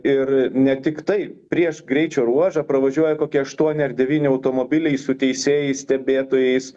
ir ne tiktai prieš greičio ruožą pravažiuoja kokie aštuoni ar devyni automobiliai su teisėjais stebėtojais